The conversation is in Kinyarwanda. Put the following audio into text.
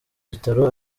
bitaro